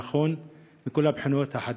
הנכון מכל הבחינות.